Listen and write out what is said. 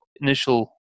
initial